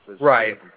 Right